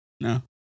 No